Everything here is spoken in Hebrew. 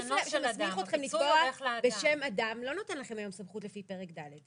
הסעיף שמסמיך אתכם לתבוע בשם אדם לא נותן לכם היום סמכות לפי פרק ד'.